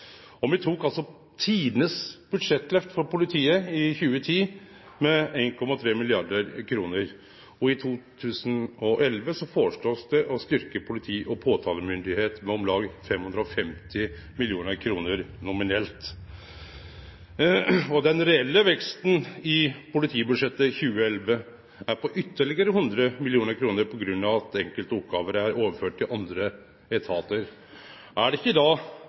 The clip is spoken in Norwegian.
med 1,3 mrd. kr. For 2011 foreslår me å styrkje politi og påtalemyndigheit med om lag 550 mill. kr nominelt. Den reelle veksten i politibudsjettet for 2011 er på ytterlegare 100 mill. kr på grunn av at enkelte oppgåver er overførde til andre etatar. Er det ikkje da litt pinglete – eg veit ikkje om det